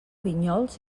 vinyols